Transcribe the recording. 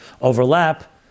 overlap